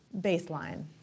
baseline